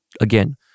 again